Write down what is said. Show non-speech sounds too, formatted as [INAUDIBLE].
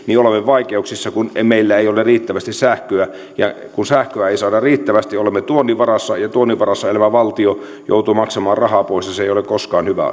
olemme vaikeuksissa kun meillä ei ole riittävästi sähköä ja kun sähköä ei saada riittävästi olemme tuonnin varassa ja tuonnin varassa elävä valtio joutuu maksamaan rahaa pois ja se ei ole koskaan hyvä [UNINTELLIGIBLE]